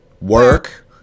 work